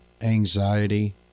anxiety